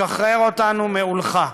שחרר אותנו מעולך.